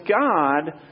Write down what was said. God